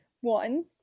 one